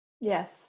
Yes